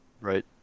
Right